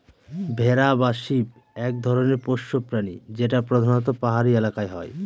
ভেড়া বা শিপ এক ধরনের পোষ্য প্রাণী যেটা প্রধানত পাহাড়ি এলাকায় হয়